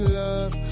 love